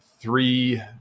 three